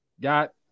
got